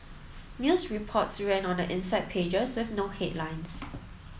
news reports ran on the inside pages with no headlines